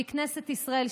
שהיא כנסת ישראל,